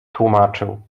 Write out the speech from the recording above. tłumaczył